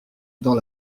dans